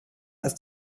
ist